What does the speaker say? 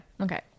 Okay